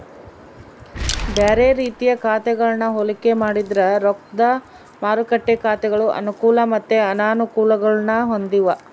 ಬ್ಯಾರೆ ರೀತಿಯ ಖಾತೆಗಳನ್ನ ಹೋಲಿಕೆ ಮಾಡಿದ್ರ ರೊಕ್ದ ಮಾರುಕಟ್ಟೆ ಖಾತೆಗಳು ಅನುಕೂಲ ಮತ್ತೆ ಅನಾನುಕೂಲಗುಳ್ನ ಹೊಂದಿವ